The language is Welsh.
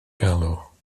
galw